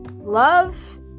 Love